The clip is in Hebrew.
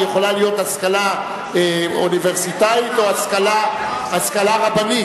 יכולה להיות השכלה אוניברסיטאית או השכלה רבנית.